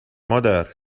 مادر